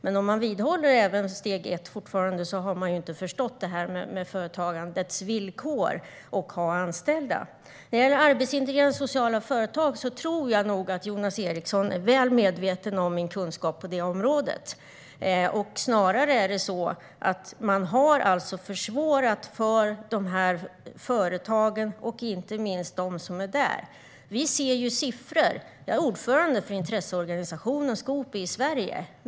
Men om man fortfarande vidhåller steg ett har man ju inte förstått detta med företagandets villkor för att kunna ha anställda. När det gäller arbetsintegrerande sociala företag tror jag nog att Jonas Eriksson är väl medveten om min kunskap på området. Man har alltså försvårat för de här företagen och inte minst för dem som är där. Jag är ordförande för intresseorganisationen Skoopi Sverige.